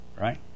right